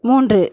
மூன்று